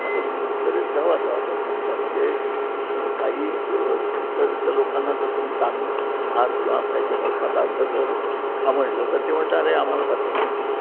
आणि उत्तरेत गव्हाचा वापर जास्त आहे म्हणजे काही उत्तरेतल्या लोकांना जर तुम्ही तांद भात किंवा त्याचे पदार्थ जर खा म्हटलं तर ते म्हणतात नाही आम्हाला पचणार नाही